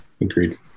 Agreed